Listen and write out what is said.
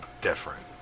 different